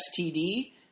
STD